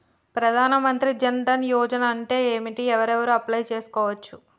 ప్రధాన మంత్రి జన్ ధన్ యోజన అంటే ఏంటిది? ఎవరెవరు అప్లయ్ చేస్కోవచ్చు?